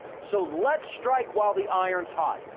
so let's strike while the iron is hot,